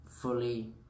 fully